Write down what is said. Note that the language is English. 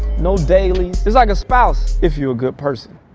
no dailies. it's like a spouse, if you're a good person.